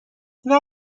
این